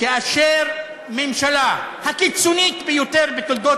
כאשר הממשלה הקיצונית ביותר בתולדות